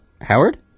Howard